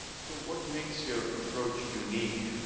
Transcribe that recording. so, what makes your approach unique?